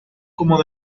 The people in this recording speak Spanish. como